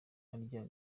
harya